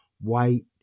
white